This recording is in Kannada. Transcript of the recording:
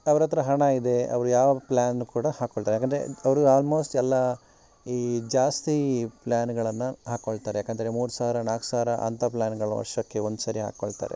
ಅವ್ರ ಹತ್ರ ಹಣ ಇದೆ ಅವ್ರು ಯಾವ ಪ್ಲ್ಯಾನ್ ಕೂಡ ಹಾಕ್ಕೊಳ್ತಾರೆ ಯಾಕೆಂದ್ರೆ ಅವರು ಆಲ್ಮೋಸ್ಟ್ ಎಲ್ಲ ಈ ಜಾಸ್ತಿ ಪ್ಲ್ಯಾನ್ಗಳನ್ನು ಹಾಕ್ಕೊಳ್ತಾರೆ ಯಾಕೆಂದ್ರೆ ಮೂರು ಸಾವಿರ ನಾಲ್ಕು ಸಾವಿರ ಅಂತ ಪ್ಲ್ಯಾನ್ಗಳು ವರ್ಷಕ್ಕೆ ಒಂದ್ಸರಿ ಹಾಕ್ಕೊಳ್ತಾರೆ